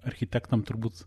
architektam turbūt